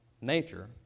nature